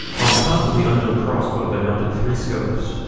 on the top of the unknown crossbow they mounted three scopes.